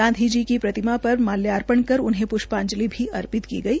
गांधी जी की प्रतिमा पर माल्यापर्ण कर उन्हें पृष्पांजलि अर्पित की गई